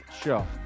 show